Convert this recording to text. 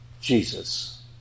Jesus